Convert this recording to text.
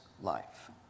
life